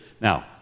now